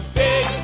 big